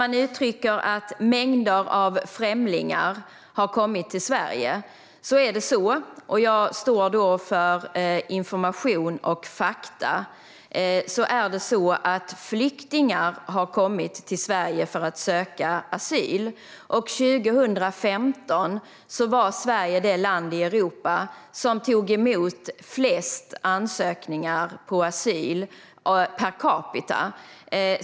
Man uttrycker att mängder av främlingar har kommit till Sverige, men jag står för information och fakta: Det är flyktingar som har kommit till Sverige för att söka asyl. År 2015 var Sverige det land i Europa som tog emot flest ansökningar om asyl per capita.